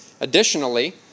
Additionally